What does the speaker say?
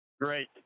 Great